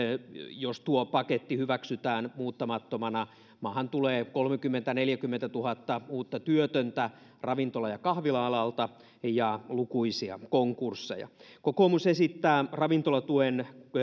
jos tuo paketti hyväksytään muuttamattomana maahan tulee meidän ja alan arvioiden mukaan kolmekymmentätuhatta viiva neljäkymmentätuhatta uutta työtöntä ravintola ja kahvila alalta ja lukuisia konkursseja kokoomus esittää ravintolatuen